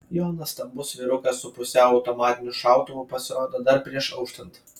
jonas stambus vyrukas su pusiau automatiniu šautuvu pasirodo dar prieš auštant